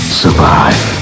survive